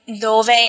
dove